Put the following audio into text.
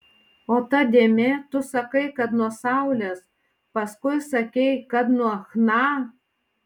o ta dėmė tu sakai kad nuo saulės paskui sakei kad nuo chna